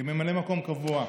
כממלא מקום קבוע,